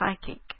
psychic